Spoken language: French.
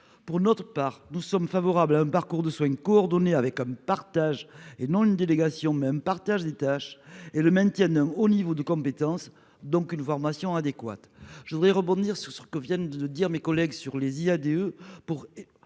Pour notre part nous sommes favorables à un parcours de soins coordonnés avec un partage et non une délégation même partage des tâches et le maintien un haut niveau de compétence donc une formation adéquate, je voudrais rebondir sur ce que viennent de dire mes collègues sur les IADE pour.